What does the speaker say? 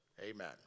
Amen